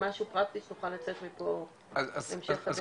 משהו פרקטי שנוכל לצאת מפה עם המשך --- אז